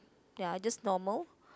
ya I just normal